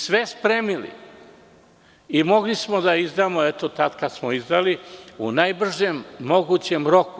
Sve smo spremili i mogli smo da izdamo tada kada smo izdrali u najbržem mogućem roku.